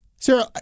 Sarah